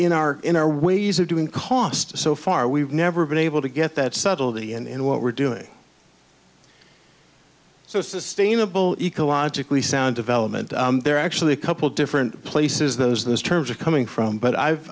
in our in our ways of doing cost so far we've never been able to get that subtlety and what we're doing so sustainable ecologically sound development there are actually a couple different places those those terms are coming from but i've